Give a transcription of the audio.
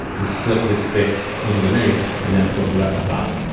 and slip this disc underneath and then put the retina back.